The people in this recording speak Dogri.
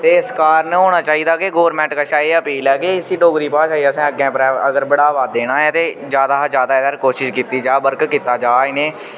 ते इस कारण होना चाहिदा के गोरमैंट कशा एह् अपील ऐ के इसी डोगरी भाशा गी असें अग्गें अगर बढ़ावा देना ऐ ते ज्यादा हा ज्यादा एह्दे पर कोशिश कीती जा वर्क कीता जा इ'नें